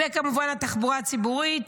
וכמובן התחבורה הציבורית.